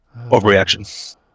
Overreaction